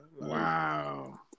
Wow